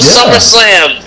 SummerSlam